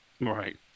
Right